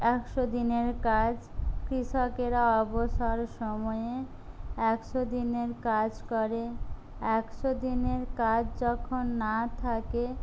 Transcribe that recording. একশো দিনের কাজ কৃষকেরা অবসর সময়ে একশো দিনের কাজ করে একশো দিনের কাজ যখন না থাকে